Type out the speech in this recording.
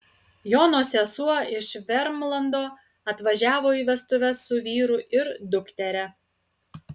jono sesuo iš vermlando atvažiavo į vestuves su vyru ir dukteria